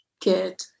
Good